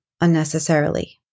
unnecessarily